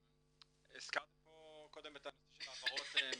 הזכרתם את הנושא של העברות מידע.